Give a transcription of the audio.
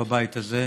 בבית הזה,